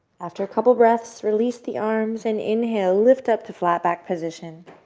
after a couple of breaths, release the arms and inhale. lift up to flat back position.